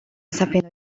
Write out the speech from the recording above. sapendo